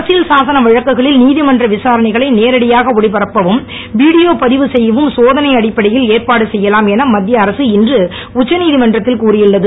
அரசியல்சாசன வழக்குகளில் நீதிமன்ற விசாரணைகளை நேரடியாக ஒளிபரப்பவும் வீடியோ பதிவு செய்யவும் சோதனை அடிப்படையில் ஏற்பாடு செய்யலாம் என மத்திய அரக இன்று உச்ச நீதிமன்றத்தில் கூறியுள்ளது